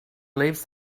lives